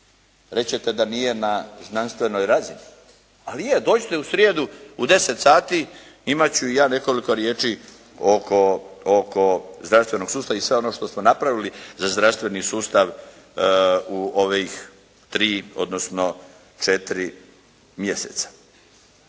ćete da nije na znanstvenoj razini, ali je. Doista u srijedu u 10 sati imat ću ja nekoliko riječi oko zdravstvenog sustava i sve ono što smo napravili za zdravstveni sustav u ovih 3 odnosno 4 mjeseca.